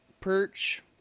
perch